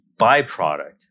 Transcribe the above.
byproduct